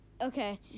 Okay